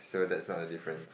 so that's not a difference